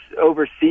overseas